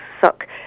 suck